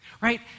Right